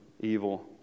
evil